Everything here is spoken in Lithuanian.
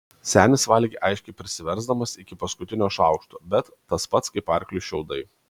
senis valgė aiškiai prisiversdamas iki paskutinio šaukšto bet tas pats kaip arkliui šiaudai